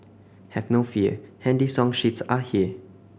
have no fear handy song sheets are here